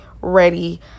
ready